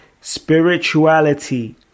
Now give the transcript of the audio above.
Spirituality